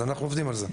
אז אנחנו עובדים על זה.